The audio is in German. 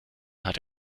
hat